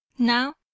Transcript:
Now